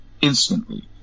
instantly